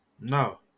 No